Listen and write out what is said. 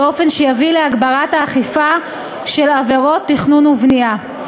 באופן שיביא להגברת האכיפה בעבירות תכנון ובנייה.